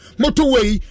motorway